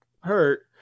hurt